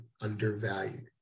undervalued